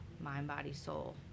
mind-body-soul